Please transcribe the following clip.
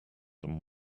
them